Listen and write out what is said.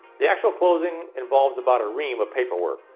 the actual closing involves about a ream of paperwork.